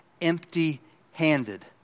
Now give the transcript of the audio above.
empty-handed